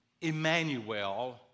Emmanuel